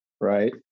Right